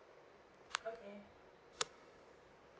okay